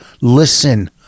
listen